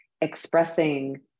expressing